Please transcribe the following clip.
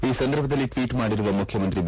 ಈ ಸಂದರ್ಭದಲ್ಲಿ ಟ್ವೀಟ್ ಮಾಡಿರುವ ಮುಖ್ಖಮಂತ್ರಿ ಬಿ